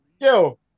yo